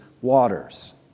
waters